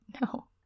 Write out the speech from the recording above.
No